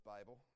Bible